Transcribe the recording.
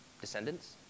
descendants